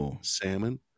salmon